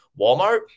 Walmart